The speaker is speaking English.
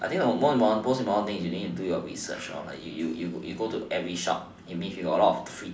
I think the most most important thing you need to do your research lor like you go to every shop if you have a lot